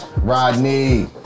Rodney